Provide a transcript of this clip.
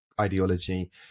ideology